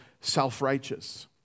self-righteous